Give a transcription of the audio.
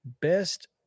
best